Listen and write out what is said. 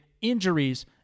injuries